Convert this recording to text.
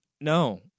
no